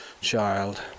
child